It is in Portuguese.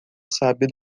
sábio